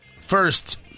First